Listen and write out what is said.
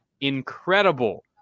incredible